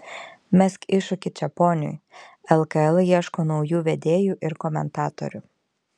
mesk iššūkį čeponiui lkl ieško naujų vedėjų ir komentatorių